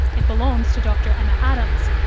it belongs to dr emma adams,